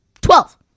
Twelve